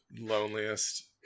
loneliest